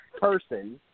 person